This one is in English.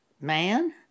man